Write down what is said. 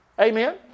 Amen